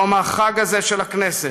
יום החג הזה של הכנסת,